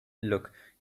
look